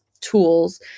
tools